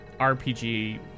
RPG